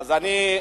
א.